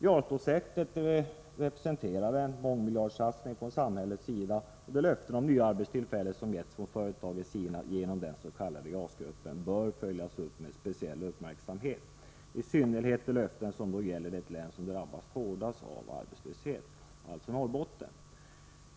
JAS-projektet representerar en mångmiljardsatsning från samhällets sida, och de löften om nya arbetstillfällen som getts från företagens sida genom den s.k. JAS-gruppen bör följas upp med speciell uppmärksamhet, i synnerhet de löften som gäller det län som drabbats hårdast av arbetslöshet, alltså Norrbotten.